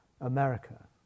America